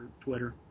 Twitter